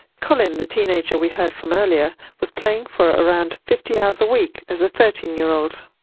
colin, the teenager we heard from earlier was playing for around fifty hours a week as a thirteen year old.